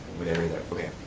whatever that, okay,